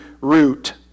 root